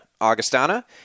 Augustana